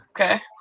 Okay